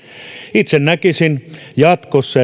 itse näkisin että jatkossa